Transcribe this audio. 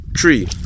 Three